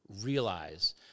realize